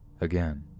again